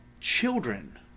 children